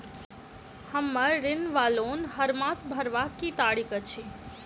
हम्मर ऋण वा लोन हरमास भरवाक की तारीख अछि?